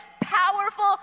powerful